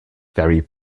very